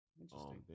Interesting